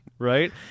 Right